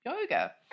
yoga